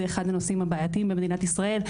זה אחד הנושאים הבעייתיים במדינת ישראל.